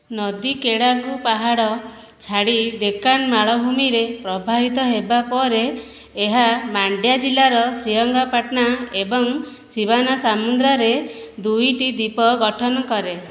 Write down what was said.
ନଦୀ କେଡ଼ାଗୁ ପାହାଡ଼ ଛାଡ଼ି ଡେକାନ୍ ମାଳଭୂମିରେ ପ୍ରବାହିତ ହେବା ପରେ ଏହା ମାଣ୍ଡ୍ୟା ଜିଲ୍ଲାର ଶ୍ରୀରଙ୍ଗପାଟନା ଏବଂ ଶିବନସମୁଦ୍ରରେ ଦୁଇଟି ଦ୍ୱୀପ ଗଠନ କରେ